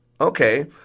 Okay